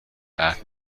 عهد